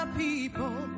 people